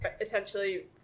essentially